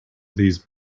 these